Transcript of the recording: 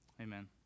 Amen